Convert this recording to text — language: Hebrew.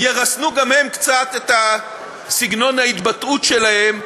ירסנו גם הם קצת את סגנון ההתבטאות שלהם,